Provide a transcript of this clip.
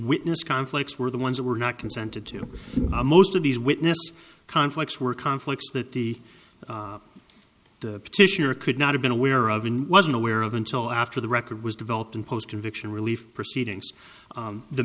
witness conflicts were the ones that were not consented to most of these witness conflicts were conflicts that the petitioner could not have been aware of and wasn't aware of until after the record was developed and post conviction relief proceedings